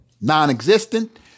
non-existent